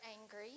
angry